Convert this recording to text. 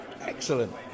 Excellent